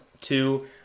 two